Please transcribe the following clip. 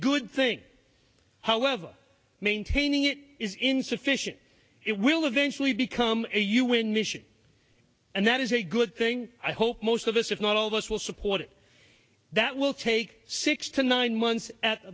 good thing however maintaining it is insufficient it will eventually become a un mission and that is a good thing i hope most of us if not all of us will support it that will take six to nine months at